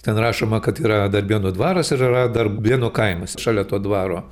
ten rašoma kad yra darbėnų dvaras ir yra darbėnų kaimas šalia to dvaro